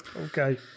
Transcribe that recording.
okay